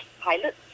pilot